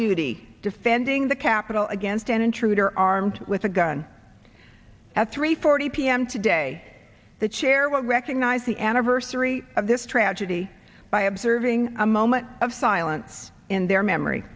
duty defending the capitol against an intruder armed with a gun at three forty p m today the chair will recognize the anniversary of this tragedy by observing a moment of silence in their memory